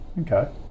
okay